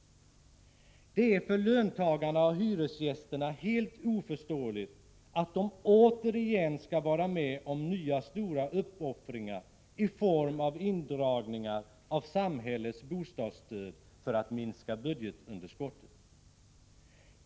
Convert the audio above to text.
Det är för löntagarna och hyresgästerna helt oförståeligt att de återigen skall vara med om nya stora uppoffringar i form av indragningar av samhällets bostadsstöd för att minska budgetunderskottet.